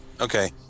Okay